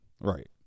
Right